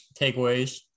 takeaways